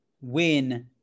win